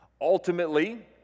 Ultimately